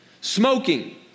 Smoking